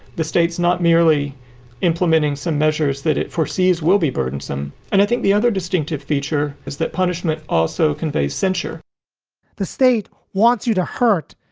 the state's not merely implementing some measures that it foresees will be burdensome. and i think the other distinctive feature is that punishment also conveys censure the state wants you to hurt,